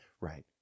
Right